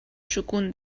شگون